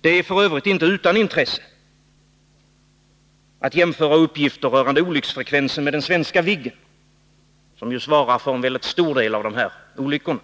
Det är f. ö. inte utan intresse att jämföra uppgifter rörande olycksfrekvensen med den svenska Viggen — som ju svarar för en mycket stor del av olyckorna—